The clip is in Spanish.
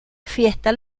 fiesta